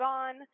on